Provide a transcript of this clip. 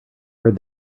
heard